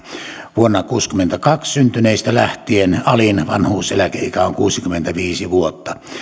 vuonna tuhatyhdeksänsataakuusikymmentäkaksi syntyneistä lähtien alin vanhuuseläkeikä on kuusikymmentäviisi vuotta